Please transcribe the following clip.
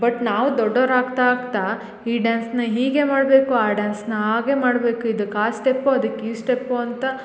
but ನಾವು ದೊಡ್ಡೋರು ಆಗ್ತಾ ಆಗ್ತಾ ಈ ಡ್ಯಾನ್ಸ್ನ ಹೀಗೆ ಮಾಡಬೇಕು ಆ ಡ್ಯಾನ್ಸ್ನ ಹಾಗೆ ಮಾಡಬೇಕು ಇದಕ್ಕೆ ಆ ಸ್ಟೆಪ್ ಅದಕ್ಕೆ ಈ ಸ್ಟೆಪ್ಪು ಅಂತ